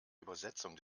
übersetzung